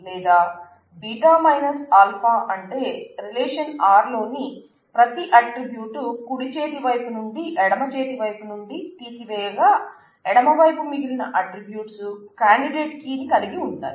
లేదా β α అంటే relation R లోని ప్రతి ఆట్రిబ్యూట్ కుడి చేతి వైపు నుండీ ఎడమ చేతి వైపు నుండి తీసివేయగ ఎడమ వైపు మిగిలిన ఆట్రిబ్యూట్స్ కాండిడేట్ కీ ని కలిగి ఉంటాయి